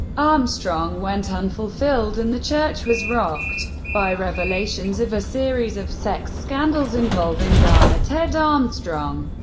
armstrong went unfulfilled, and the church was rocked by revelations of a series of sex scandals involving garner ted armstrong.